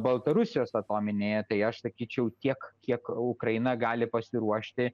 baltarusijos atominėje tai aš sakyčiau tiek kiek ukraina gali pasiruošti